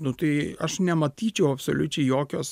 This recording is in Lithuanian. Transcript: nu tai aš nematyčiau absoliučiai jokios